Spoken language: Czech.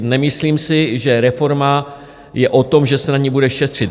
Nemyslím si, že reforma je o tom, že se na ní bude šetřit.